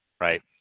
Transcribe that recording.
right